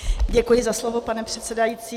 Děkuji za slovo, pane předsedající.